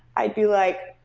i'd be like,